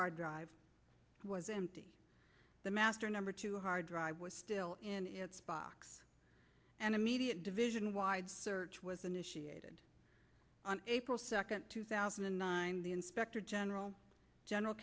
hard drive was empty the master number two hard drive was still in its box and immediate division wide search was initiated on april second two thousand and nine the inspector general general